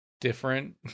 different